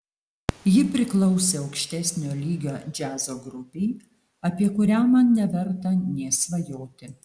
ji priklausė aukštesnio lygio džiazo grupei apie kurią man neverta nė svajoti